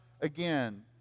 again